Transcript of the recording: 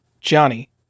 Johnny